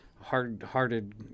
hard-hearted